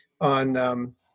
on